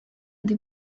des